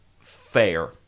fair